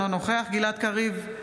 אינו נוכח גלעד קריב,